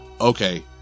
okay